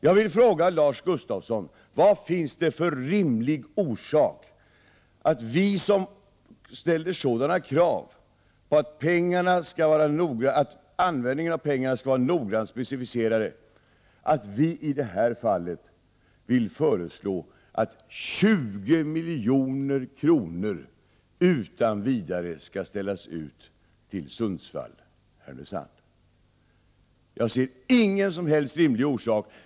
Jag vill fråga Lars Gustafsson vad det finns för rimlig orsak till att ni, som ställer krav på att användningen av pengarna skall vara noggrant specificerat, vill föreslå att 20 milj.kr. utan vidare skall ställas ut till Sundsvall/Härnösand. Jag ser ingen som helst rimlig orsak.